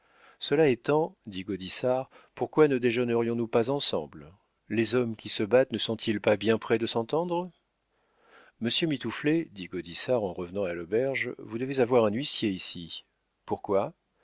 cela étant dit gaudissart pourquoi ne déjeunerions nous pas ensemble les hommes qui se battent ne sont-ils pas bien près de s'entendre monsieur mitouflet dit gaudissart en revenant à l'auberge vous devez avoir un huissier ici pourquoi